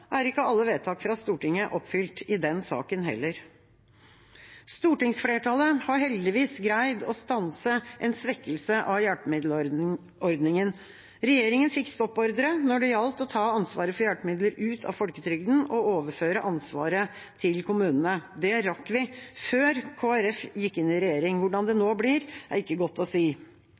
er ikke alle vedtak fra Stortinget oppfylt i den saken heller. Stortingsflertallet har heldigvis greid å stanse en svekkelse av hjelpemiddelordningen. Regjeringa fikk stoppordre når det gjaldt å ta ansvaret for hjelpemidler ut av folketrygden og overføre ansvaret til kommunene. Det rakk vi før Kristelig Folkeparti gikk inn i regjering. Hvordan det nå blir, er ikke godt å si.